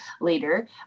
later